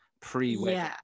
pre-wedding